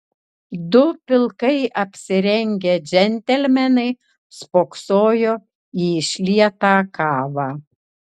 du pilkai apsirengę džentelmenai spoksojo į išlietą kavą